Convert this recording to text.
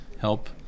help